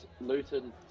Luton